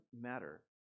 matter